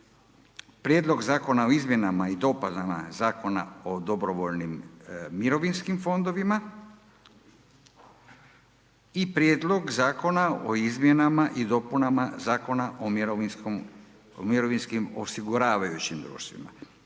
Prijedlog Zakona o izmjenama i dopunama Zakona o dobrovoljnim mirovinskim fondovima i - Prijedlog Zakona o izmjenama i dopunama Zakona o mirovinskim osiguravajućim društvima.